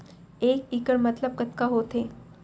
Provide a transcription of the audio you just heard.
एक इक्कड़ मतलब कतका होथे?